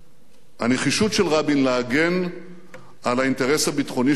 הנחישות של רבין להגן על האינטרס הביטחוני של ישראל,